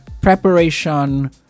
preparation